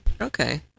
Okay